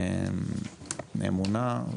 אמונה.